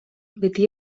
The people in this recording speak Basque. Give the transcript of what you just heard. beti